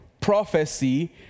Prophecy